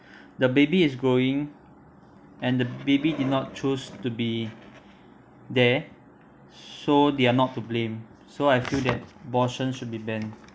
the baby is growing and the baby did not choose to be there so they are not to blame so I feel that abortion should be banned